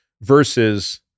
versus